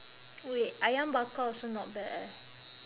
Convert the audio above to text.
wait ayam bakar also not bad eh